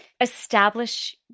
establish